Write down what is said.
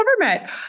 Government